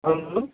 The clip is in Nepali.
हेलो